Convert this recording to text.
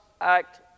act